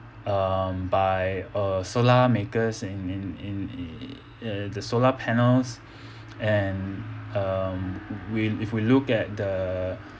um by uh solar makers in in in the solar panels and um we if we look at the